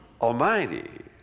Almighty